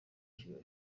kigali